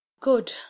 good